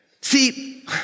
See